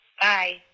Bye